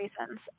reasons